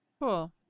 Cool